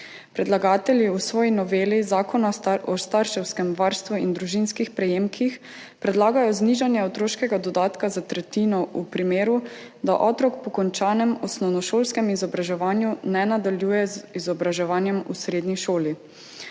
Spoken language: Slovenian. Predlagatelji v svoji noveli Zakona o starševskem varstvu in družinskih prejemkih predlagajo znižanje otroškega dodatka zatretjino v primeru, da otrok po končanem osnovnošolskem izobraževanju ne nadaljuje z izobraževanjem v srednji šoli.